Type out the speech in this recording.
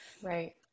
right